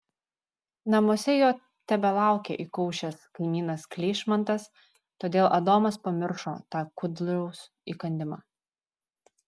namuose jo tebelaukė įkaušęs kaimynas kleišmantas todėl adomas pamiršo tą kudliaus įkandimą